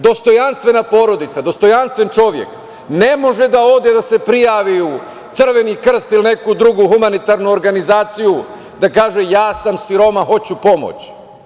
Dostojanstvena porodica, dostojanstven čovek ne može da ode da se prijavi u Crveni krst ili neku drugu humanitarnu organizaciju, da kaže – ja sam siromah, hoću pomoć.